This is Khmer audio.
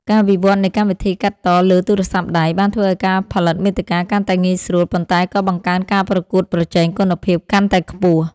ការវិវត្តនៃកម្មវិធីកាត់តលើទូរស័ព្ទដៃ បានធ្វើឱ្យការផលិតមាតិកាកាន់តែងាយស្រួល ប៉ុន្តែក៏បង្កើនការប្រកួតប្រជែងគុណភាពកាន់តែខ្ពស់។